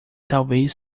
talvez